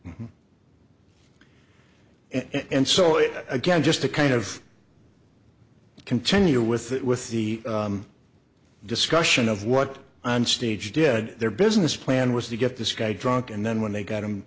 there and saw it again just to kind of continue with that with the discussion of what on stage did their business plan was to get this guy drunk and then when they got him